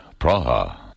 Praha